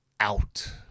Out